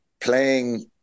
playing